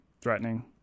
threatening